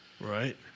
Right